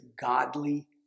godly